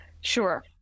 Sure